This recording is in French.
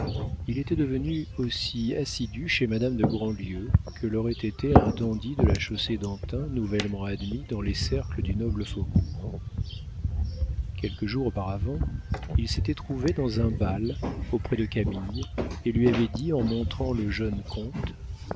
il était devenu aussi assidu chez madame de grandlieu que l'aurait été un dandy de la chaussée-d'antin nouvellement admis dans les cercles du noble faubourg quelques jours auparavant il s'était trouvé dans un bal auprès de camille et lui avait dit en montrant le jeune comte